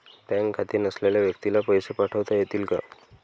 Bank खाते नसलेल्या व्यक्तीला पैसे पाठवता येतील का?